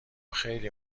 خیلی